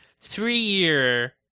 three-year